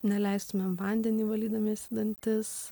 neleistumėm vandenį valydamiesi dantis